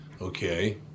okay